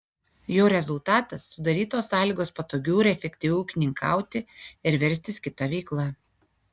jo rezultatas sudarytos sąlygos patogiau ir efektyviau ūkininkauti ir verstis kita veikla